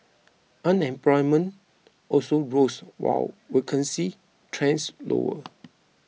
unemployment also rose while vacancies trends lower